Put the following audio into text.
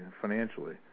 financially